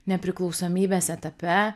nepriklausomybės etape